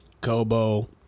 Kobo